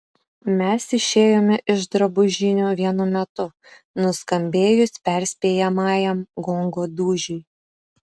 mes išėjome iš drabužinių vienu metu nuskambėjus perspėjamajam gongo dūžiui